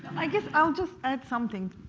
i guess i'll just add something,